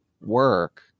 work